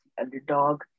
underdog